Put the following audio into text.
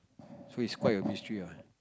so it's quite a mystery ah